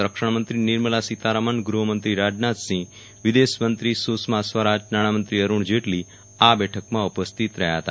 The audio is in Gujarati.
સંરક્ષણ મંત્રી નિર્મલા સીતારામન ગ્રહમંત્રી રાજનાથસિંહ વિદેશમંત્રી સુષ્મા સ્વરાજ નાણામંત્રી અરૂણ જેટલી આ બેઠકમાં ઉપસ્થિત રહ્યા હતા